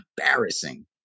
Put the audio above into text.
embarrassing